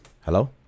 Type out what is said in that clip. Hello